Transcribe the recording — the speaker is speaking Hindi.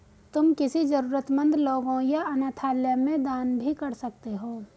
तुम किसी जरूरतमन्द लोगों या अनाथालय में दान भी कर सकते हो